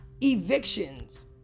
evictions